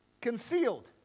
concealed